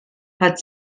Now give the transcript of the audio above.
hat